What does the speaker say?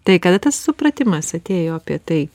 tai kada tas supratimas atėjo apie tai